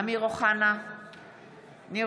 אינו